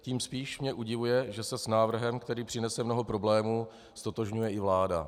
Tím spíš mě udivuje, že se s návrhem, který přinese mnoho problémů, ztotožňuje i vláda.